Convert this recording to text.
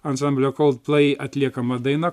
ansamblio coldplay atliekama daina